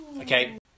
Okay